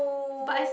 but